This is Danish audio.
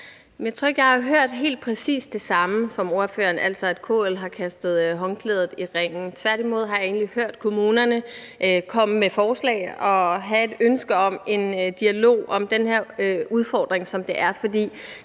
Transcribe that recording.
Jeg tror ikke, jeg har hørt helt præcis det samme som ordføreren, altså at KL har kastet håndklædet i ringen. Tværtimod har jeg egentlig hørt kommunerne komme med forslag og have et ønske om en dialog om den udfordring, som der er.